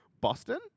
Boston